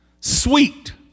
sweet